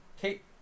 Kate